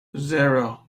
zero